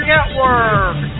Network